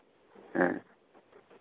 ᱦᱮᱸ